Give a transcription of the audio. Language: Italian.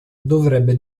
dovrebbe